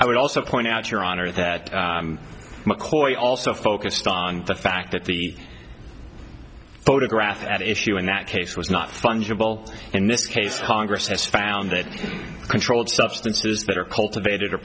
i would also point out your honor that mccoy also focused on the fact that the photograph at issue in that case was not fungible in this case congress has found that controlled substances that are cultivated or